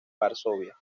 varsovia